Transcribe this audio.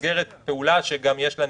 במסגרת פעולה שיש לה,